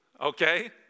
okay